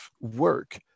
work